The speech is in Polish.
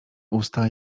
usta